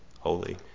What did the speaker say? holy